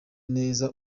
neza